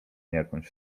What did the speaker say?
jakąś